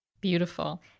Beautiful